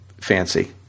fancy